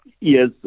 Yes